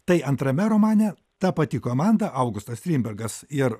tai antrame romane ta pati komanda augustas strindbergas ir